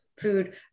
food